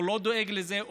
הוא לא דואג לזה,